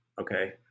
Okay